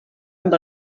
amb